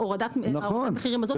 הורדת המחירים הזאת.